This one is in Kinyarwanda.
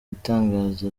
itangazo